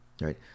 right